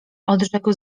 odrzekł